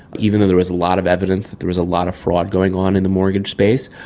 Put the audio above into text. even though there was a lot of evidence that there was a lot of fraud going on in the mortgage space,